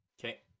okay